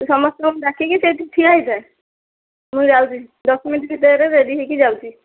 ସମସ୍ତଙ୍କୁ ଡାକିକି ସେଇଠି ଠିଆ ହୋଇଥା ମୁଁ ଯାଉଛି ଦଶ ମିନିଟ୍ ଭିତରେ ରେଡି ହୋଇକି ଯାଉଛି